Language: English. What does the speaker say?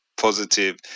positive